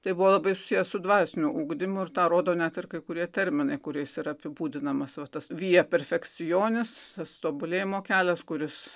tai buvo labai susiję su dvasiniu ugdymu ir tą rodo net ir kai kurie terminai kuriais yra apibūdinamas va tas via perfekcionis tas tobulėjimo kelias kuris